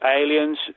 aliens